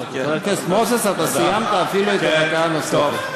חבר הכנסת מוזס, אתה סיימת אפילו את הדקה הנוספת.